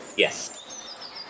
Yes